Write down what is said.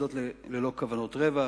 המוסדות ללא כוונות רווח,